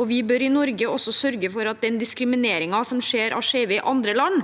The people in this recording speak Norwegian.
vi bør i Norge sørge for at diskrimineringen som skjer av skeive i andre land,